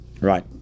Right